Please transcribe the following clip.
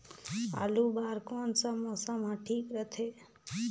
आलू बार कौन सा मौसम ह ठीक रथे?